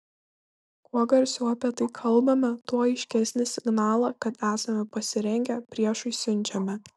kuo garsiau apie tai kalbame tuo aiškesnį signalą kad esame pasirengę priešui siunčiame